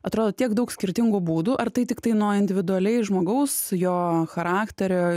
atrodo tiek daug skirtingų būdų ar tai tiktai nuo individualiai žmogaus jo charakterio